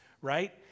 right